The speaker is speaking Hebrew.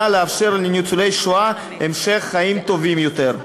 לאפשר לניצולי שואה המשך חיים טובים יותר.